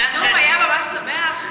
הנאום היה ממש שמח.